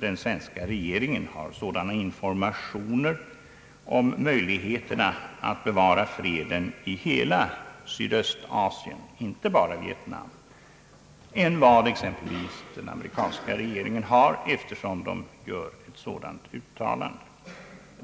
den svenska regeringen har sådana informationer om möjligheterna att bevara freden i hela Sydöstasien, inte bara i Vietnam, som exempelvis den amerikanska regeringen inte har, eftersom man gör ett sådant uttalande.